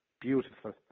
beautiful